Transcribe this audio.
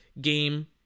game